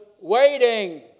waiting